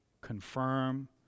confirm